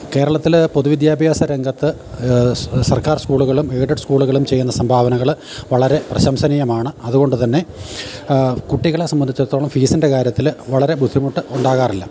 കേരളത്തിൽ പൊതുവിദ്യാഭ്യാസ രംഗത്ത് സർക്കാർ സ്കൂള്കളും ഏയ്ഡഡ് സ്കൂള്കളും ചെയ്യുന്ന സംഭാവനകൾ വളരെ പ്രശംസനീയമാണ് അത്കൊണ്ട് തന്നെ കുട്ടികളെ സമ്പന്ധിച്ചിടത്തോളം ഫീസിൻ്റെ കാര്യത്തിൽ വളരെ ബുദ്ധിമുട്ട് ഉണ്ടാകാറില്ല